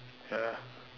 ya